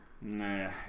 Nah